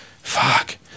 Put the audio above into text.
Fuck